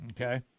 Okay